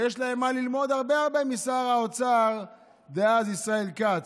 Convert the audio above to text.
ויש להם הרבה הרבה מה ללמוד משר האוצר דאז ישראל כץ,